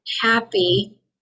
happy